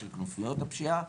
של כנופיות הפשיעה,